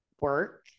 work